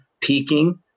peaking